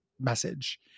message